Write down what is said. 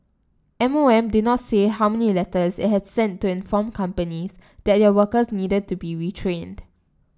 M O M did not say how many letters it had sent to inform companies that their workers needed to be retrained